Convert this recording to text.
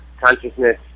consciousness